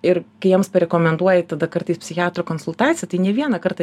ir kai jiems parekomenduoji tada kartais psichiatro konsultaciją tai ne vieną kartą